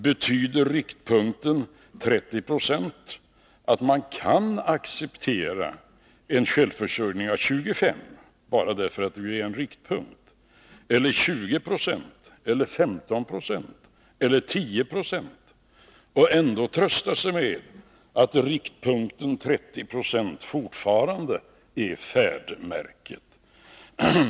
Betyder riktpunkten 30 26 att man kan acceptera en självförsörjningsgrad på 25 96, 20960, 15 76 eller 10 26 och ändå trösta sig med att riktpunkten 30 96 fortfarande är färdmärke?